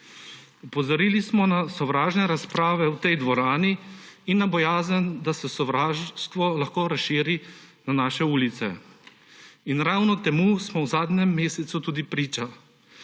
Opozorili smo na sovražne razprave v tej dvorani in na bojazen, da se sovraštvo lahko razširi na naše ulice. In ravno temu smo v zadnjem mesecu tudi priča